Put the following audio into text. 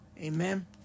Amen